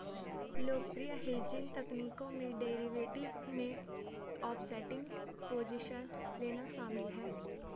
लोकप्रिय हेजिंग तकनीकों में डेरिवेटिव में ऑफसेटिंग पोजीशन लेना शामिल है